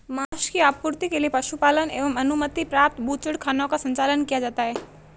माँस की आपूर्ति के लिए पशुपालन एवं अनुमति प्राप्त बूचड़खानों का संचालन किया जाता है